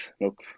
look